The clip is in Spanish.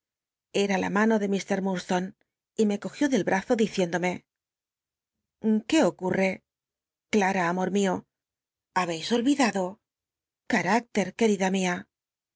era la mano de mr lurdstone y me cogió del brazo diciéndome qué ocu r'r'c clam amor mio habcis olvidado